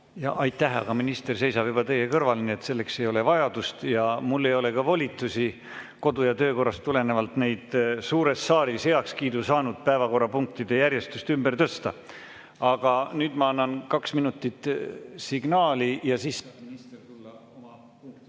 Aitäh! Minister seisab juba teie kõrval, nii et selleks ei ole vajadust. Ja mul ei ole kodu- ja töökorrast tulenevalt ka volitust seda suures saalis heakskiidu saanud päevakorrapunktide järjestust ümber tõsta. Aga nüüd ma annan kaks minutit signaali ja siis